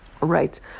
right